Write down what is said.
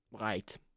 right